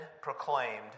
proclaimed